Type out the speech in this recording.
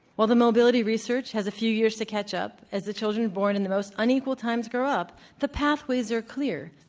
while the mobility research has a few years to catch up as the children born in the most unequal times grow up the pathways are clear.